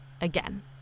again